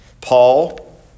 Paul